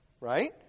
right